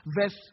verse